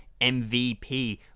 MVP